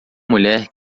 mulher